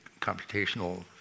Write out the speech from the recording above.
computational